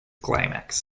climax